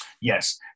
yes